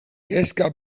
kezka